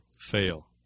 fail